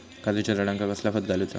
काजूच्या झाडांका कसला खत घालूचा?